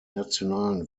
nationalen